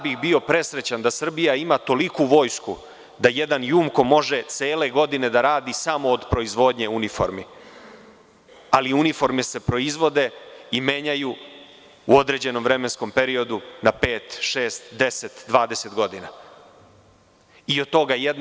Bio bih presrećan da Srbija ima toliku vojsku da jedan „Jumko“ može cele godine da radi samo od proizvodnje uniformi, ali uniforme se proizvode i menjaju u određenom vremenskom periodu, na pet, šest, deset, dvadeset godina.